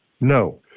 no